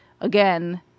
again